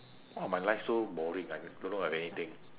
oh my life so boring I do do not have anything